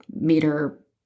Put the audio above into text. meter